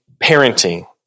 parenting